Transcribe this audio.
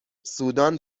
سودان